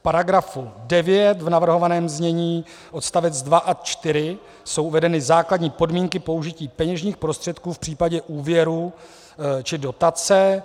V § 9 v navrhovaném znění odst. 2 a 4 jsou uvedeny základní podmínky použití peněžních prostředků v případě úvěru či dotace.